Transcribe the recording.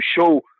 show